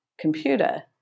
computer